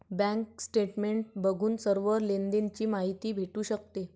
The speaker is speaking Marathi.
बँक स्टेटमेंट बघून सर्व लेनदेण ची माहिती भेटू शकते